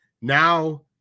now